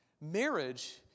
Marriage